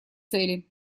цели